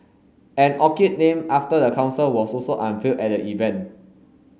an orchid named after the council was also unveiled at the event